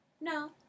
No